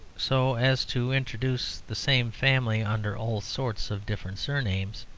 so as to introduce the same family under all sorts of different surnames.